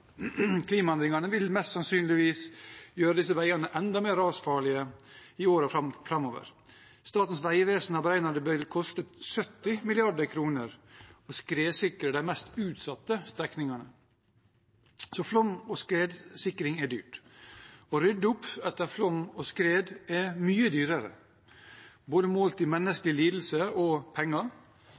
Klimaendringene vil mest sannsynlig gjør disse veiene enda mer rasfarlige i årene framover. Statens vegvesen har beregnet at det vil koste 70 mrd. kr å skredsikre de mest utsatte strekningene, så flom- og skredsikring er dyrt. Å rydde opp etter flom og skred er mye dyrere, målt både i menneskelig lidelse og i penger.